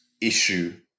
issue